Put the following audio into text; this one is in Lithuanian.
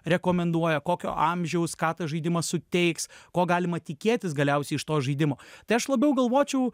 rekomenduoja kokio amžiaus ką tas žaidimas suteiks ko galima tikėtis galiausiai iš to žaidimo tai aš labiau galvočiau